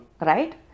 right